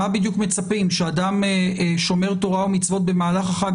מה בדיוק מצפים שיעשה אדם שומר תורה ומצוות במהלך החג,